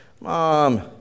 Mom